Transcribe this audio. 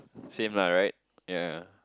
same la right ya